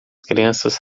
crianças